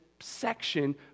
section